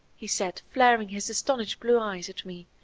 he said, flaring his astonished blue eyes at me,